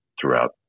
throughout